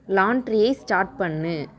லான்டிரியை start பண்ணு